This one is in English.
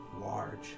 Large